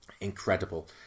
incredible